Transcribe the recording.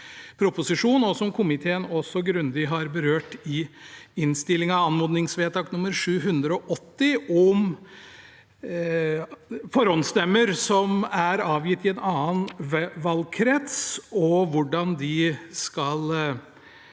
og som komiteen også grundig har berørt i innstillingen – anmodningsvedtak nr. 780 for 2022–2023, om forhåndsstemmer som er avgitt i en annen valgkrets, og hvordan de skal telles